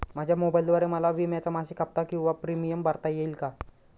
माझ्या मोबाईलद्वारे मला विम्याचा मासिक हफ्ता किंवा प्रीमियम भरता येईल का?